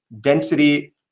density